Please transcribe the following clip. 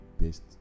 best